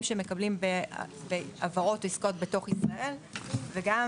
שמקבלים בהעברות בעסקאות בתוך ישראל; וגם